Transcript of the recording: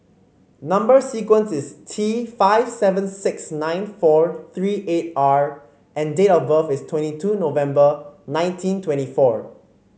number sequence is T five seven six nine four three eight R and date of birth is twenty two November nineteen twenty four